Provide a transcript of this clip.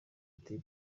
ati